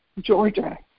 Georgia